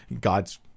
God's